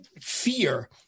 fear